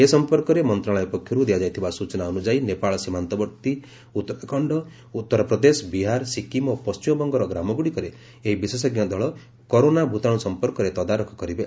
ଏ ସଂପର୍କରେ ମନ୍ତ୍ରଣାଳୟ ପକ୍ଷରୁ ଦିଆଯାଇଥିବା ସୂଚନା ଅନୁଯାୟୀ ନେପାଳ ସୀମାନ୍ତବର୍ତ୍ତୀ ଉତ୍ତରାଖଣ୍ଡ ଉତ୍ତରପ୍ରଦେଶ ବିହାର ସିକିମ ଓ ପଶ୍ଚିମବଙ୍ଗର ଗ୍ରାମଗୁଡ଼ିକରେ ଏହି ବିଶେଷଜ୍ଞ ଦଳ କରୋନା ଭୂତାଣୁ ସଫପର୍କରେ ତଦାରଖ କରିବେ